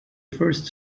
first